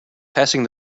passing